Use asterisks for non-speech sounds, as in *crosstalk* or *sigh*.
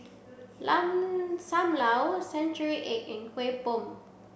*unintelligible* Sam Lau century egg and Kueh Bom